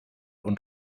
und